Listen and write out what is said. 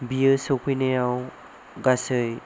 बेयो सफैनायाव गासै